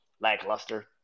lackluster